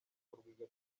kuvurwa